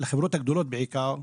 לחברות הגדולות בעיקר,